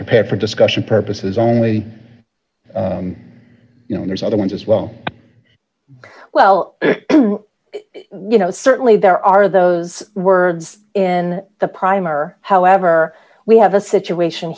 prepared for discussion purposes only you know there's other ones as well well you know certainly there are those words in the primer however we have a situation